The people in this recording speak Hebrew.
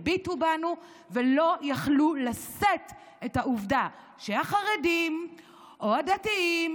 הביטו בנו ולא יכלו לשאת את העובדה שהחרדים או הדתיים